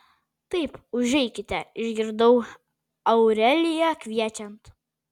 taip užeikite išgirdau aureliją kviečiant